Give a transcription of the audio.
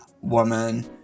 woman